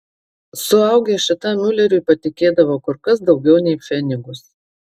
suaugę šitam miuleriui patikėdavo kur kas daugiau nei pfenigus